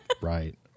right